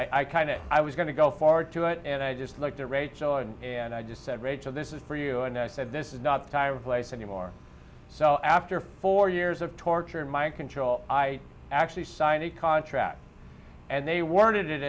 have i kind of i was going to go forward to it and i just looked at rachel and and i just said rachel this is for you and i said this is not the tire place any more so after four years of torture and mind control i actually signed a contract and they worded it